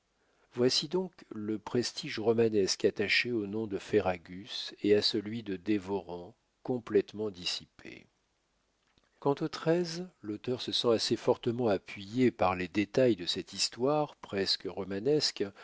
voici donc le prestige romanesque attaché au nom de ferragus et à celui de dévorants complétement dissipé quant aux treize l'auteur se sent assez fortement appuyé par les détails de cette histoire presque romanesque